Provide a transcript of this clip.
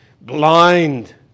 blind